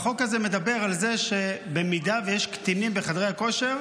החוק הזה מדבר על זה שבמידה שיש קטינים בחדרי הכושר,